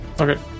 Okay